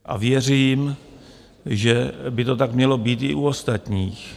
A věřím, že by to tak mělo být i u ostatních.